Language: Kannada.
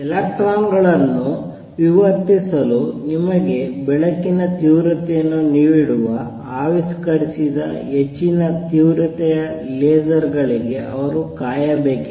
ಎಲೆಕ್ಟ್ರಾನ್ ಗಳನ್ನು ವಿವರ್ತಿಸಲು ನಿಮಗೆ ಬೆಳಕಿನ ತೀವ್ರತೆಯನ್ನು ನೀಡುವ ಆವಿಷ್ಕರಿಸಿದ ಹೆಚ್ಚಿನ ತೀವ್ರತೆಯ ಲೇಸರ್ ಗಳಿಗೆ ಅವರು ಕಾಯಬೇಕಾಗಿತ್ತು